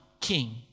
king